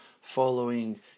following